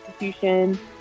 institution